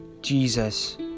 Jesus